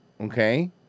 Okay